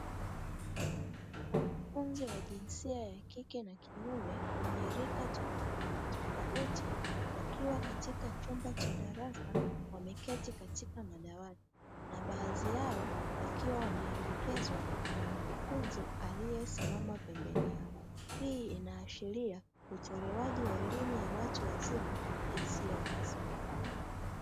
Wanafunzi wa jinsia ya kike na kiume wenye rika tofautitofauti wakiwa katika chumba cha darasa wameketi katika madawati, na baadhi yao wakiwa wanaelekezwa na mkufunzi aliyesimama pembeni yao. Hii inaashiria utolewaji wa elimu ya watu wazima na isiyo rasmi.